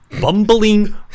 bumbling